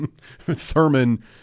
Thurman